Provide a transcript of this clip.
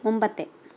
മുമ്പത്തെ